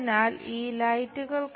അതിനാൽ ഈ ലൈറ്റുകൾ